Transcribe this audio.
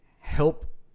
help